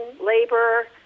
labor